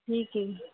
ठीक आहे